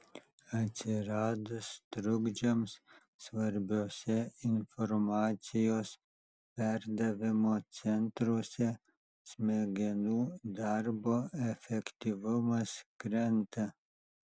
atsiradus trukdžiams svarbiuose informacijos perdavimo centruose smegenų darbo efektyvumas krenta